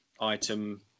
item